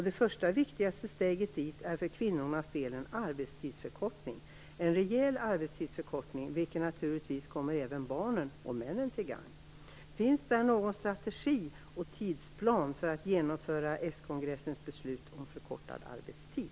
Det första viktigaste steget dit är för kvinnornas del är en arbetstidsförkortning, en rejäl arbetstidsförkortning, vilket naturligtvis kommer även barnen och männen till del. Finns det någon strategi och någon tidsplan för ett genomförande av s-kongressens beslut om förkortad arbetstid?